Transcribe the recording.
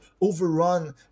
overrun